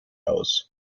aus